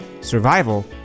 survival